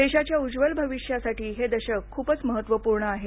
देशाच्या उज्ज्वल भविष्यासाठी हे दशक खूपच महत्त्वपूर्ण आहे